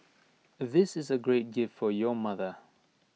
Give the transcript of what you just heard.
this is A great gift for your mother